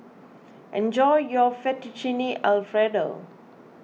enjoy your Fettuccine Alfredo